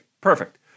Perfect